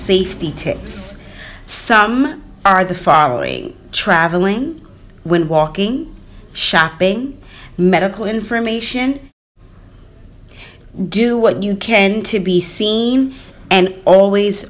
tips some are the following traveling when walking shopping medical information do what you can to be seen and always